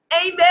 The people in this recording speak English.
Amen